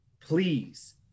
please